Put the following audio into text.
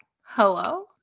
Hello